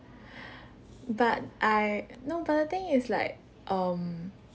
but I no but the thing is like um